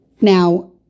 Now